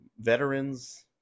veterans